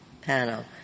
panel